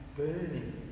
burning